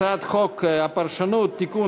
הצעת חוק הפרשנות (תיקון,